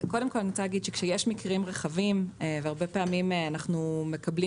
קודם כל אני רוצה להגיד שכשיש מקרים רחבים והרבה פעמים אנחנו מקבלים